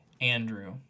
Andrew